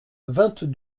vingt